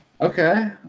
Okay